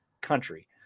country